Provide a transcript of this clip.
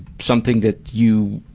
something that you,